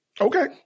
Okay